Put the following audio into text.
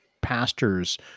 Pastors